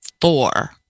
four